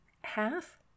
half